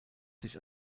sich